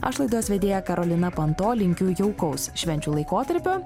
aš laidos vedėja karolina panto linkiu jaukaus švenčių laikotarpio